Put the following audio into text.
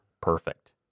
perfect